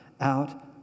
out